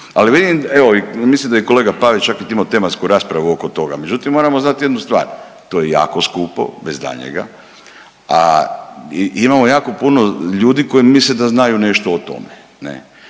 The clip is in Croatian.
Ali vidim, evo mislim da je i kolega Pavić čak imamo i tematsku raspravu oko toga, međutim moramo znati jednu stvar, to je jako skupo bez daljnjega, a imamo jako puno ljudi koji misle da znaju nešto o tome,